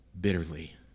bitterly